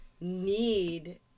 need